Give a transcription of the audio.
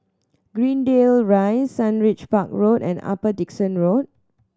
Greendale Rise Sundridge Park Road and Upper Dickson Road